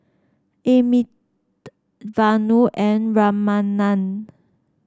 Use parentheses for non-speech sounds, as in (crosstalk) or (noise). (unintelligible) Vanu and Ramanand